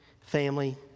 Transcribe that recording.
family